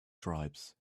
tribes